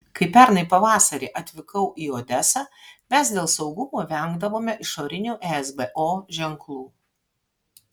kai pernai pavasarį atvykau į odesą mes dėl saugumo vengdavome išorinių esbo ženklų